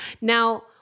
Now